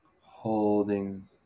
Holding